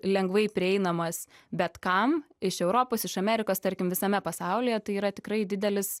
lengvai prieinamas bet kam iš europos iš amerikos tarkim visame pasaulyje tai yra tikrai didelis